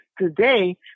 today